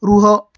ରୁହ